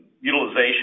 utilization